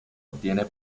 obtiene